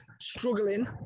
struggling